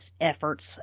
efforts